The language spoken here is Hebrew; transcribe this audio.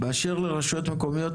באשר לרשויות מקומיות,